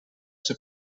ser